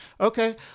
Okay